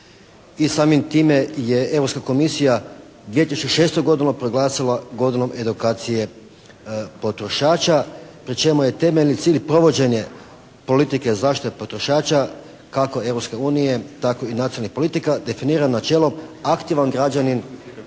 samim time je Europska komisija 2006. godinu proglasila godinom edukacije potrošača pri čemu je temeljni cilj provođenje politike zaštite potrošača kako Europske unije tako i nacionalnih politika, definira načelo aktivan građanin